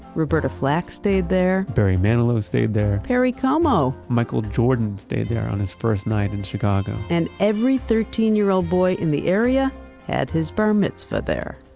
roberta flack stayed there. barry mannilow stayed there, perry como! michael jordan stayed there on his first night in chicago. and every thirteen year old boy in the area had his bar mitzvah there.